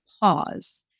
pause